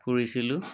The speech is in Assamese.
কৰিছিলোঁ